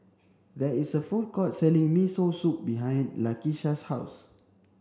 there is a food court selling Miso Soup behind Lakisha's house